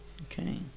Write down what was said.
Okay